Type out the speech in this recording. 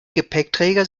gepäckträger